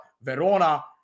Verona